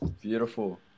Beautiful